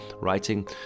writing